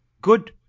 good